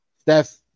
Steph